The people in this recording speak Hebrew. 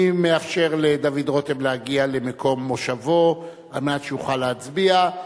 אני מאפשר לדוד רותם להגיע למקום מושבו על מנת שיוכל להצביע.